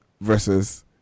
versus